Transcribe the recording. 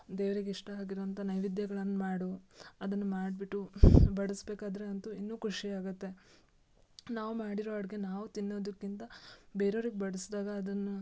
ದೇವ್ರಿಗೆ ಇಷ್ಟ ಆಗಿರುವಂಥ ನೈವೇದ್ಯಗಳನ್ ಮಾಡು ಅದನ್ನು ಮಾಡಿಬಿಟ್ಟು ಬಡಿಸಬೇಕಾದ್ರೆ ಅಂತೂ ಇನ್ನೂ ಖುಷಿ ಆಗುತ್ತೆ ನಾವು ಮಾಡಿರೋ ಅಡುಗೆ ನಾವು ತಿನ್ನೋದಕ್ಕಿಂತ ಬೇರೋರಿಗೆ ಬಡಿಸ್ದಾಗ ಅದನ್ನು